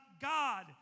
God